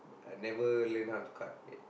I never learn how to cut ya